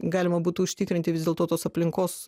galima būtų užtikrinti vis dėlto tos aplinkos